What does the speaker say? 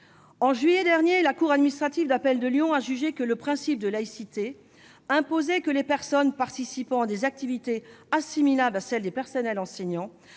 En juillet dernier, la cour administrative d'appel de Lyon a jugé que le principe de laïcité imposait que les personnes participant à des activités assimilables à celles des personnels enseignants